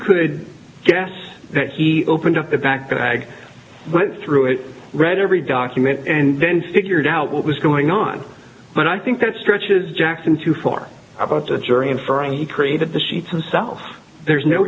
could guess that he opened up the back and i went through it read every document and then figured out what was going on but i think that stretches jackson too far about the jury inferring he created the sheets of self there's no